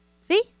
See